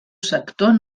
sector